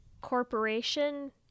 Corporation